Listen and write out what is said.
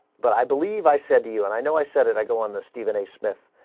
but i believe i said to you and i know i said it i go on the stephenie smith